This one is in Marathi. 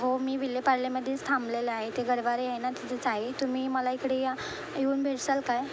हो मी विलेपार्लेमध्येच थांबलेलं आहे ते गरवारे आहे ना तिथेच आहे तुम्ही मला इकडे या येऊन भेटसाल काय